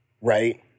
right